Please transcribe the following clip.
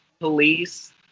Police